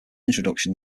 introduction